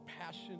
passion